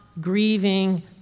grieving